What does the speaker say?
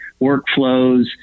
workflows